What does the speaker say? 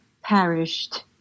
perished